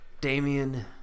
Damien